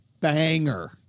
banger